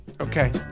Okay